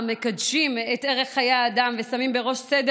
המקדשים את ערך חיי האדם ושמים בראש סדר